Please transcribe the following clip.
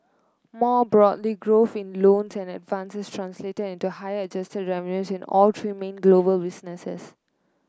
more broadly growth in loans and advances translated into higher adjusted revenue in all three main global businesses